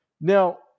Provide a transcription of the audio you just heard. Now